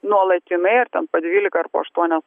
nuolatinai ar ten po dvylika ar po aštuonias